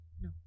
No